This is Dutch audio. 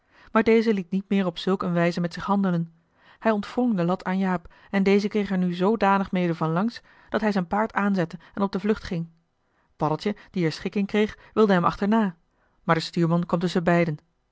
maar deze liet niet meer op zulk een wijze met zich handelen hij ontwrong de lat aan jaap en deze kreeg er nu zoodanig mede van langs dat hij zijn paard aanzette en op de vlucht ging paddeltje die er schik in kreeg wilde hem achterna maar de stuurman kwam